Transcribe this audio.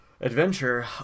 adventure